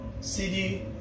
cd